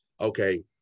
okay